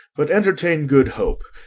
but entertain good hope.